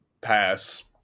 pass